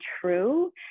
true